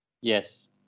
Yes